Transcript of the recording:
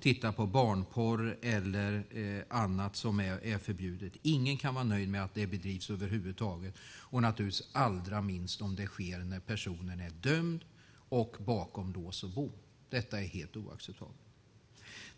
titta på barnporr eller annat som är förbjudet. Ingen kan vara nöjd med att det förekommer över huvud taget. Det gäller naturligtvis allra minst om det sker när personen är dömd och bakom lås och bom. Detta är helt oacceptabelt.